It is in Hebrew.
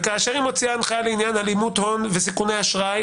וכאשר היא מוציאה הנחיה לעניין הלימות הון וסיכוני אשראי,